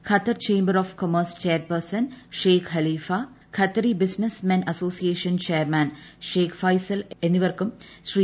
Qatar chamber of commerce chairperson Sheikh Khalifa Qatari business men association chairman Sheikh Faisal എന്നിവർക്കും ശ്രീ